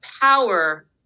power